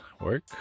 work